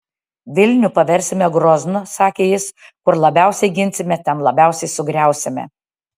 vilnių paversime groznu sakė jis kur labiausiai ginsime ten labiausiai sugriausime